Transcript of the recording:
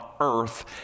earth